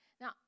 Now